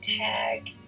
tag